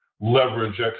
leverage